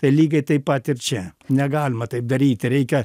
tai lygiai taip pat ir čia negalima taip daryti reikia